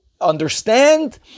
understand